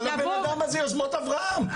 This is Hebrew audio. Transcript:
אבל הבן אדם הזה יוזמות אברהם,